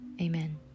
Amen